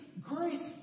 grace